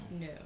No